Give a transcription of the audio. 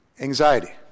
Anxiety